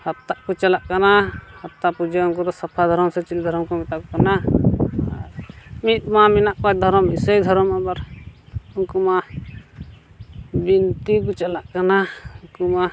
ᱦᱟᱯᱛᱟᱜ ᱠᱚ ᱪᱟᱞᱟᱜ ᱠᱟᱱᱟ ᱦᱟᱯᱛᱟ ᱯᱩᱡᱟᱹ ᱩᱱᱠᱩ ᱫᱚ ᱥᱟᱯᱷᱟ ᱫᱷᱚᱨᱚᱢ ᱥᱮ ᱪᱤᱞᱤ ᱫᱷᱚᱨᱚᱢᱠᱚ ᱢᱮᱛᱟ ᱠᱚ ᱠᱟᱱᱟ ᱟᱨ ᱢᱤᱫ ᱢᱟ ᱢᱮᱱᱟᱜ ᱠᱚᱣᱟ ᱫᱷᱚᱨᱚᱢ ᱤᱥᱟᱹᱭ ᱫᱷᱚᱨᱚᱢ ᱟᱵᱟᱨ ᱩᱱᱠᱩ ᱢᱟ ᱵᱤᱱᱛᱤ ᱠᱚ ᱪᱟᱞᱟᱜ ᱠᱟᱱᱟ ᱩᱱᱠᱩ ᱢᱟ